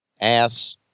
ass